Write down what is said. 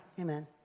Amen